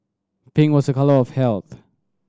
pink was a colour of health